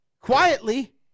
quietly